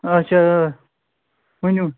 اَچھا آ ؤنِو